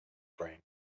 brain